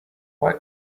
why